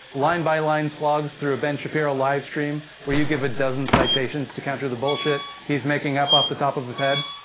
line-by-line slogs through a ben shapiro livestream where you give a dozen citations, to counter the bullshit he's making up off the top of his head.